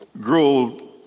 grow